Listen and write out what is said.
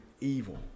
evil